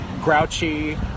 grouchy